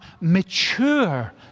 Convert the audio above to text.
mature